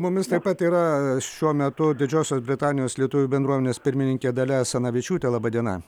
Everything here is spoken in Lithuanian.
mumis taip pat yra šiuo metu didžiosios britanijos lietuvių bendruomenės pirmininkė dalia asanavičiūtė laba diena